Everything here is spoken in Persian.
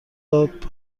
داد